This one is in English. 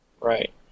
Right